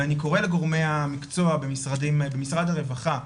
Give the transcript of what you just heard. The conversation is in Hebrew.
ואני קורא לגורמי המקצוע במשרד הרווחה,